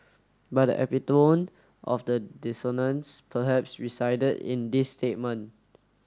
but the of the dissonance perhaps resided in this statement